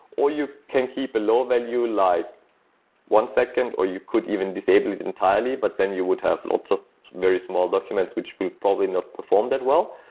or you can keep a low-level value, like one second, or you could even disable it entirely, but then you would have lots of very small documents, which will probably not perform that well.